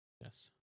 Yes